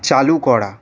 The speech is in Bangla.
চালু করা